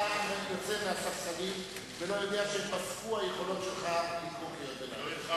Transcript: שאתה יוצא מהספסלים ולא יודע שפסקה היכולת שלך לקרוא קריאות ביניים,